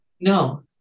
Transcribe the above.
No